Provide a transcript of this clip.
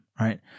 Right